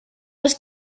was